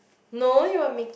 no you were making